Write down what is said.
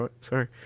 sorry